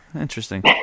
interesting